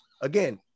again